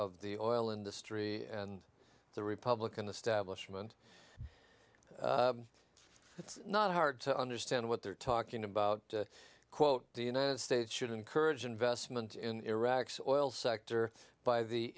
of the oil industry and the republican establishment it's not hard to understand what they're talking about quote the united states should encourage investment in iraq's oil sector by the